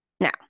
now